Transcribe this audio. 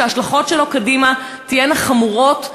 ההשלכות שלו קדימה תהיינה חמורות מאוד,